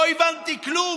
לא הבנתי כלום: